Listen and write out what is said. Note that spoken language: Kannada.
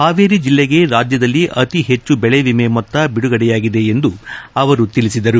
ಹಾವೇರಿ ಜಲ್ಲಿಗೆ ರಾಜ್ಯದಲ್ಲಿ ಅತಿ ಹೆಚ್ಚು ಬೆಳೆವಿಮೆ ಮೊತ್ತ ಬಿಡುಗಡೆಯಾಗಿದೆ ಎಂದು ತಿಳಿಸಿದ್ದಾರೆ